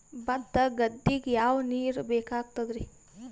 ಭತ್ತ ಗದ್ದಿಗ ಯಾವ ನೀರ್ ಬೇಕಾಗತದರೀ?